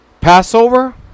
Passover